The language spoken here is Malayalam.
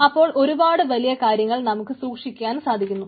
അപ്പോൾ ഒരുപാട് വലിയ കാര്യങ്ങൾ നമുക്ക് സൂക്ഷിക്കാൻ സാധിക്കുന്നു